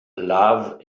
love